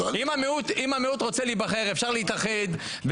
המיעוט רוצה להיבחר, הוא יכול להתאחד.